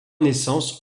naissance